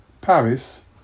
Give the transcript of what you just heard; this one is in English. paris